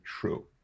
true